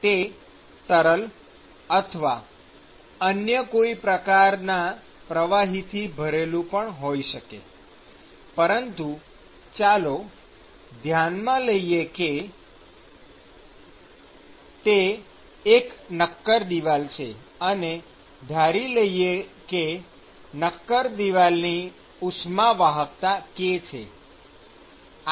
તે તરલ અથવા અન્ય કોઈ પ્રકારના પ્રવાહીથી ભરેલું પણ હોઈ શકે પરંતુ ચાલો ધ્યાનમાં લઈએ કે તે એક નક્કર દિવાલ છે અને ધારી લઈએ કે નક્કર દિવાલની ઉષ્મા વાહકતા k છે